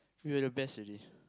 we be the best already